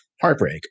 heartbreak